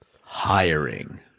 hiring